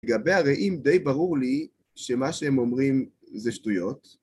לגבי הרעים, די ברור לי שמה שהם אומרים זה שטויות.